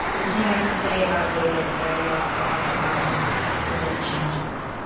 the thing i can say about david that i love so much about him is that he changes.